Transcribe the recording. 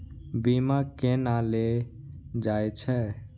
बीमा केना ले जाए छे?